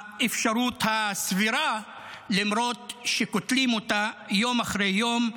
האפשרות הסבירה, למרות שקוטלים אותה יום אחרי יום,